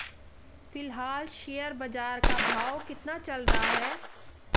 फिलहाल शेयर बाजार का भाव कितना चल रहा है?